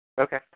Okay